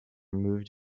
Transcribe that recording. moved